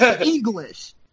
English